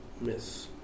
miss